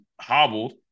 hobbled